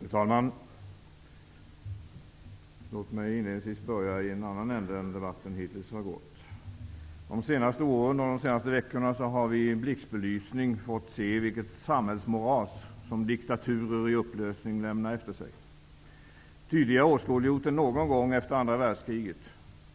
Fru talman! Låt mig inledningsvis börja i en annan ände än den debatten hittills har förts i. De senaste åren, och de senaste veckorna, har vi i blixtbelysning fått se vilket samhällsmoras som diktaturer i upplösning lämnar efter sig, tydligare åskådliggjort än någon gång efter andra världskriget.